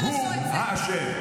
הוא האשם.